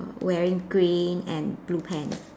wearing green and blue pant